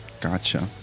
Gotcha